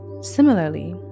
similarly